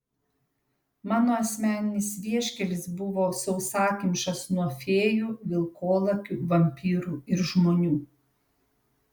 mano asmeninis vieškelis buvo sausakimšas nuo fėjų vilkolakių vampyrų ir žmonių